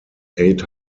eight